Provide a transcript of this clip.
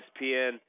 ESPN